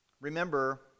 Remember